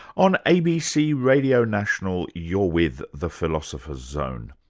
on abc radio national, you're with the philosopher's zone.